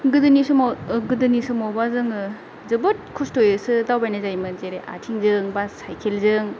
गोदोनि समाव ओ गोदोनि समावबा जोङो जोबोद खस्थ'यैसो दावबायनाय जायोमोन जेरै आथिंजों बा साइकेलजों